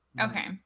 okay